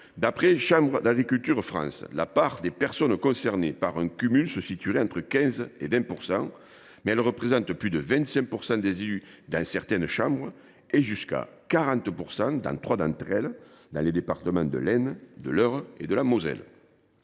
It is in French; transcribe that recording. D’après Chambres d’agriculture France, la part des personnes concernées par un cumul se situerait entre 15 % et 20 %, mais ce taux s’élèverait à plus de 25 % dans certaines chambres et atteindrait 40 % dans trois d’entre elles : dans les départements de l’Aisne, de l’Eure et de la Moselle.